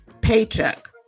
Paycheck